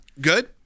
good